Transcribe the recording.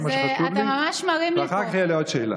זה מה שחשוב לי, ואחר כך תהיה לי עוד שאלה.